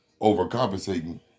overcompensating